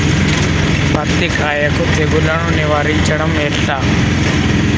పత్తి కాయకు తెగుళ్లను నివారించడం ఎట్లా?